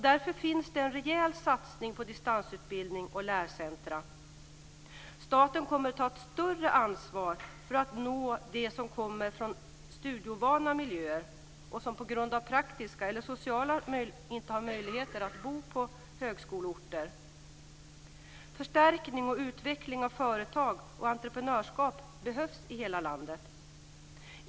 Därför görs det en rejäl satsning på distansutbildning och lärocentrum. Staten kommer att ta ett större ansvar för att nå dem som kommer från studieovana miljöer och som av praktiska eller sociala skäl inte har möjlighet att bo på högskoleorter. Förstärkning och utveckling av företag och entreprenörskap behövs i hela landet.